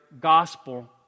gospel